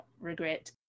regret